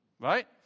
Right